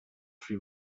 sui